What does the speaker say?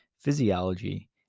physiology